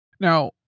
Now